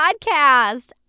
Podcast